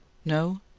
no?